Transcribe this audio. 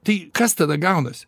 tai kas tada gaunasi